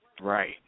Right